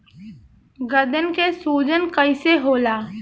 गर्दन के सूजन कईसे होला?